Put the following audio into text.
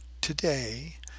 today